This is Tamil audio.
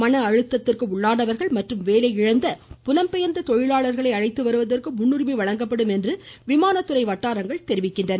மன அழுத்தத்திற்கு உள்ளானவர்கள் மற்றும் வேலையிழந்த புலம் பெயர்ந்த தொழிலாளர்களை அழைத்து வருவதற்கு முன்னுரிமை வழங்கபப்டும் என்றும் விமானத்துறை வட்டாரங்கள் தெரிவிக்கின்றன